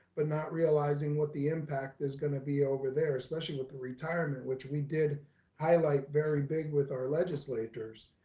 but not realizing what the impact is gonna be over there especially with the retirement, which we did highlight very big with our legislators